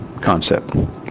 concept